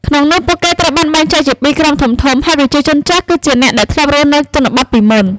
ក្នុងនោះ ពួកគេត្រូវបានបែងចែកជាពីរក្រុមធំៗ ហើយ ប្រជាជនចាស់ គឺជាអ្នកដែលធ្លាប់រស់នៅជនបទពីមុន។